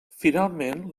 finalment